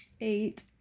Eight